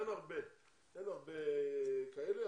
אין הרבה כאלה,